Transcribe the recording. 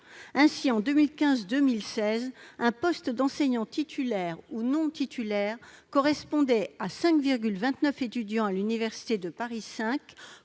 Ainsi, en 2015-2016, un poste d'enseignant titulaire ou non titulaire correspondait à 5,29 étudiants à l'université de Paris 5,